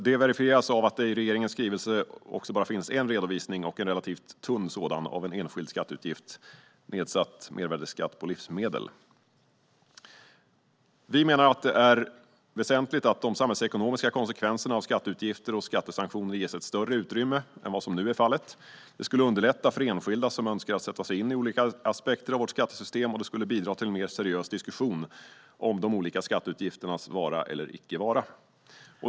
Detta verifieras av att det i regeringens skrivelse bara finns en redovisning, och en relativt tunn sådan, av en enskild skatteutgift: nedsatt mervärdesskatt på livsmedel. Vi menar att det är väsentligt att de samhällsekonomiska konsekvenserna av skatteutgifter och skattesanktioner ges ett större utrymme än vad som nu är fallet. Det skulle underlätta för enskilda som önskar sätta sig in i olika aspekter av vårt skattesystem. Det skulle också bidra till en mer seriös diskussion om de olika skatteutgifternas vara eller inte vara.